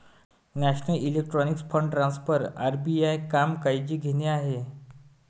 national electronic fund transfer RBI काम काळजी घेणे आहे